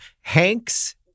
Hank's